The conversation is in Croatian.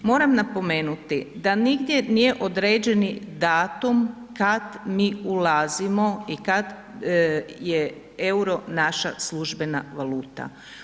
Moram napomenuti da nigdje nije određeni datum kad mi ulazimo i kad je EUR-o naša službena valuta.